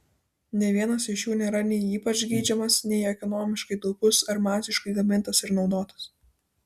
nė vienas iš jų nėra nei ypač geidžiamas nei ekonomiškai taupus ar masiškai gamintas ir naudotas